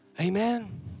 Amen